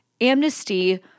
amnesty